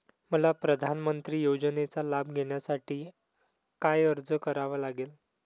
मला प्रधानमंत्री योजनेचा लाभ घेण्यासाठी काय अर्ज करावा लागेल?